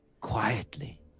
quietly